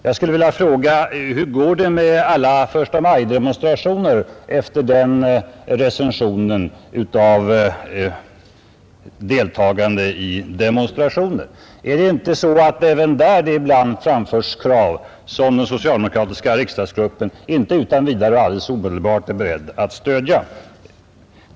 Jag skulle vilja fråga: Hur går det med alla förstamajdemonstrationer efter den recensionen av deltagande i demonstrationer? Är det inte så att det även där ibland framförs krav som den socialdemokratiska riksdagsgruppen inte utan vidare och alldeles omedelbart är beredd att stödja?